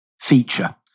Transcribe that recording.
feature